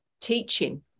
teaching